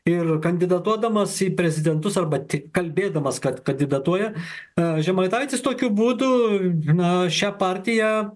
ir kandidatuodamas į prezidentus arba tik kalbėdamas kad kandidatuoja a žemaitaitis tokiu būdu na šią partiją